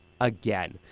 again